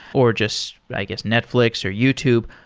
or just, i guess, netflix, or youtube.